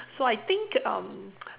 so I think um